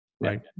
right